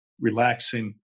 relaxing